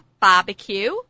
barbecue